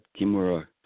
Kimura